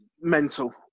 mental